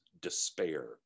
despair